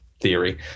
theory